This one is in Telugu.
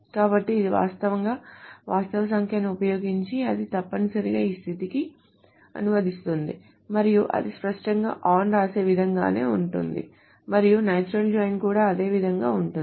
కాబట్టి ఇది వాస్తవంగా వాస్తవ సంఖ్యను ఉపయోగించి అది తప్పనిసరిగా ఈ స్థితికి అనువదిస్తుంది మరియు అది స్పష్టంగా on వ్రాసే విధంగానే ఉంటుంది మరియు నాచురల్ జాయిన్ కూడా అదే విధంగా ఉంటుంది